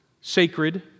sacred